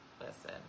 Listen